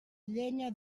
llenya